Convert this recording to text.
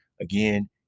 Again